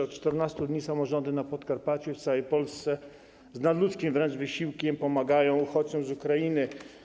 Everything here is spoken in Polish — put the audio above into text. Od 14 dni samorządy na Podkarpaciu i w całej Polsce z nadludzkim wręcz wysiłkiem pomagają uchodźcom z Ukrainy.